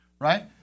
right